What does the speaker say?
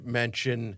mention